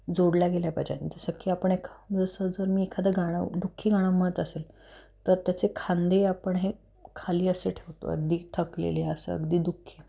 जोडला गेल्या पाहिजे जसं की आपण एखादं जसं जर मी एखादं गाणं दुःखी गाणं म्हणत असेल तर त्याचे खांदे आपण हे खाली असे ठेवतो अगदी थकलेले असं अगदी दुःखी